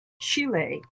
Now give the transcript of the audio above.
Chile